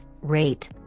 rate